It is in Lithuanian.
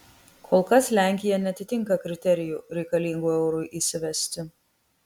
kol kas lenkija neatitinka kriterijų reikalingų eurui įsivesti